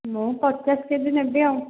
ମୁଁ ପଚାଶ K G ନେବି ଆଉ